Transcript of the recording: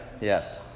Yes